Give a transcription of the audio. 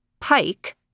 pike